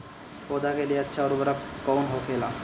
पौधा के लिए अच्छा उर्वरक कउन होखेला?